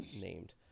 named